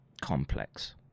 complex